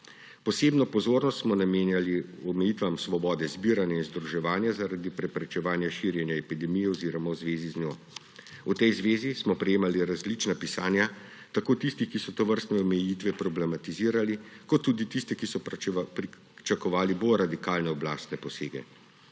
Posebno pozornost smo namenjali omejitvam svobode zbiranja in združevanja zaradi preprečevanja širjenja epidemije oziroma v zvezi z njo. V tej zvezi smo prejemali različna pisanja tako tistih, ki so tovrstne omejitve problematizirali, kot tudi tistih, ki so pričakovali bolj radikalne oblastne posege.